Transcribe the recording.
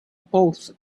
both